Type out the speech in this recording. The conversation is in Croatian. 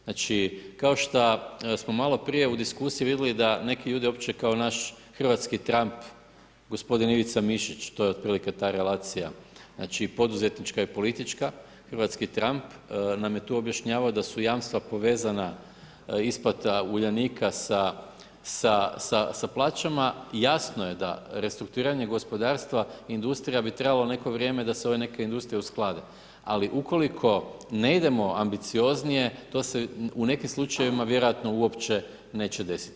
Znači kao šta smo maloprije u diskusiji vidjeli da neki ljudi uopće kao naš hrvatski Trump, g. Ivica Mišić, to je otprilike ta relacija, znači poduzetnička i politička, hrvatski Trump nam je tu objašnjavao da su jamstva povezana, isplata Uljanika sa plaćama, jasno je da restrukturiranje gospodarstva, industrija bi trebalo neko vrijeme da se ove neke industrije usklade ali ukoliko ne idemo ambicioznije, to se u nekim slučajevima vjerojatno uopće neće desiti.